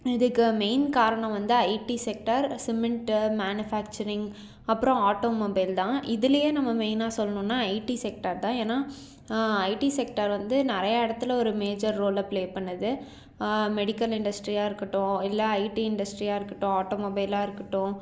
இதுக்கு மெயின் காரணம் வந்து ஐடி செக்டார் சிமிண்ட்டு மேனஃபேக்ச்சரிங் அப்பறம் ஆட்டோமொபைல் தான் இதுலையே நம்ம மெயினாக சொல்லணுன்னா ஐடி செக்டார் தான் ஏன்னா ஐடி செக்டார் வந்து நிறையா இடத்துல ஒரு மேஜர் ரோலை ப்ளே பண்ணுது மெடிக்கல் இண்டஸ்ட்ரியாக இருக்கட்டும் இல்லை ஐடி இண்டஸ்ட்ரியாக இருக்கட்டும் ஆட்டோ மொபைலாக இருக்கட்டும்